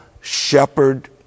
shepherd